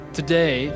today